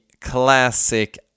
classic